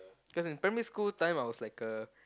cause in primary school time I was like a